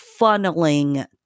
funneling